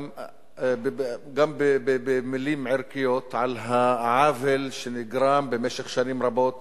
גם במלים ערכיות, על העוול שנגרם במשך שנים רבות